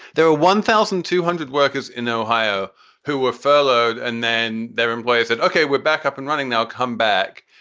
there are one thousand two hundred workers in ohio who were furloughed and then their employers said, ok, we're back up and running. they'll come back.